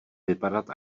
vypadat